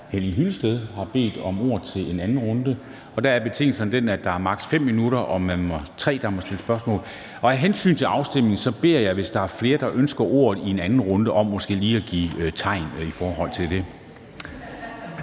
Henning Hyllested har bedt om ordet i anden runde, og der er betingelserne dem, at der er maks. 5 minutter, og der er tre, der må stille spørgsmål. Af hensyn til afstemningen, beder jeg om, hvis der er flere, der ønsker ordet i anden runde, at man lige giver et tegn om det.